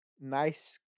nice